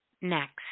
next